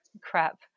crap